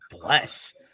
bless